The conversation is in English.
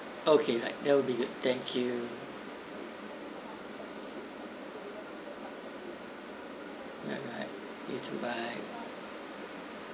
okay right that will be good thank you bye bye you too bye